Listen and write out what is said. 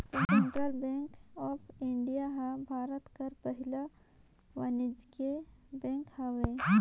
central bank of India हर भारत कर पहिल वानिज्यिक बेंक हवे